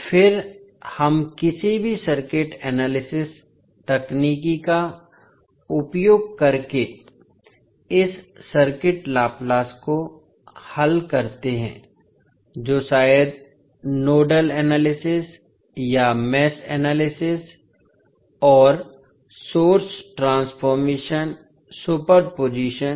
फिर हम किसी भी सर्किट एनालिसिस तकनीक का उपयोग करके इस सर्किट लाप्लास को हल करते हैं जो शायद नोडल एनालिसिस या मेष एनालिसिस और सोर्स ट्रांसफॉर्मेशन सुपरपोजिशन